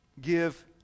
Give